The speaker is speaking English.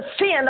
Sin